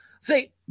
say